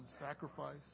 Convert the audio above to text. sacrifice